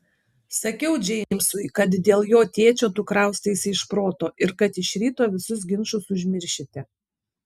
sakiau džeimsui kad dėl jo tėčio tu kraustaisi iš proto ir kad iš ryto visus ginčus užmiršite